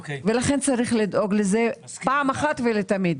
לכן צריך לדאוג לזה פעם אחת ולתמיד.